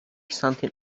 something